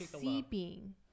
seeping